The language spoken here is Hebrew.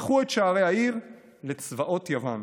פתחו את שערי העיר לצבאות יוון,